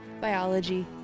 biology